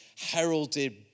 heralded